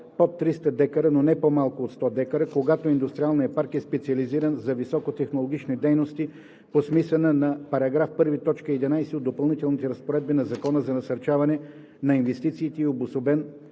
под 300 дка, но не по-малка от 100 дка, когато индустриалният парк е специализиран за високотехнологични дейности по смисъла на § 1, т. 11 от допълнителните разпоредби на Закона за насърчаване на инвестициите и е обособен